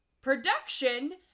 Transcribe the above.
Production